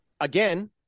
again